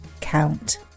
count